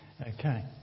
Okay